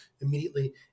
immediately